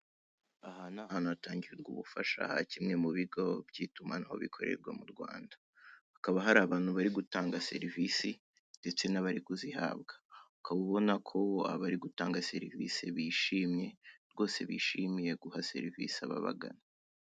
Aha ni ahantu hatangirwa ubufasha ha kimwe mu bigo by'itumanaho bikorerwa mu Rwanda, hakaba hari abantu bari gutanga serivisi ndetse n'abari kuzihabwa, ukaba ubona ko abari gutanga serivisi bishimye, rwose bishimiye guha serivisi ababagana.